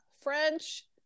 French